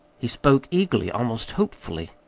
he spoke eagerly, almost hopefully.